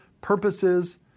purposes